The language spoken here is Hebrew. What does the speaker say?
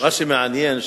מה שמעניין,